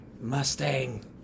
Mustang